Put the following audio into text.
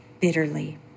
bitterly